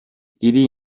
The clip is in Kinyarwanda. iri